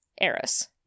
Eris